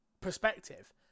perspective